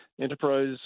Enterprise